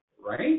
right